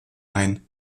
ein